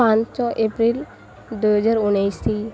ପାଞ୍ଚ ଏପ୍ରିଲ ଦୁଇହଜାର ଉଣେଇଶ